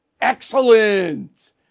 Excellent